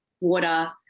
water